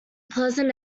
pleasant